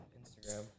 Instagram